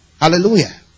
Hallelujah